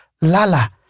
Lala